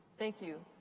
thank you.